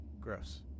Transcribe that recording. Gross